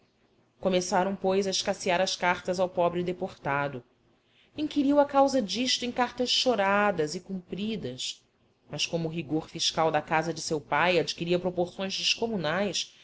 começaram pois a escassear as cartas ao pobre deportado inquiriu a causa disto em cartas choradas e compridas mas como o rigor fiscal da casa de seu pai adquiria proporções descomunais